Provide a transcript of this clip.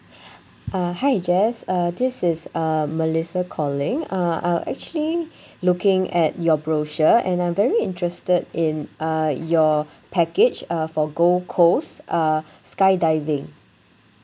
uh hi jess uh this is uh melissa calling uh I actually looking at your brochure and I'm very interested in uh your package uh for gold coast uh skydiving